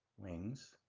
wings